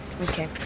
Okay